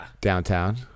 Downtown